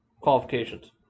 Qualifications